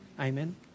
Amen